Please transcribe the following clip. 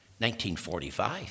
1945